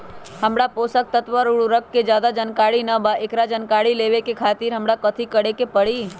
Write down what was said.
हमरा पोषक तत्व और उर्वरक के ज्यादा जानकारी ना बा एकरा जानकारी लेवे के खातिर हमरा कथी करे के पड़ी?